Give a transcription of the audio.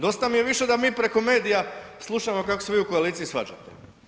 Dosta mi je više da mi preko medija slušamo kako se vi u koaliciji svađate.